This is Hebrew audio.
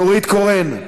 נורית קורן.